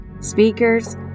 speakers